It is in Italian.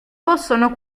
possono